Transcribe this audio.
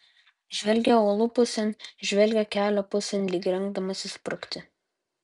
žvelgia uolų pusėn žvelgia kelio pusėn lyg rengdamasis sprukti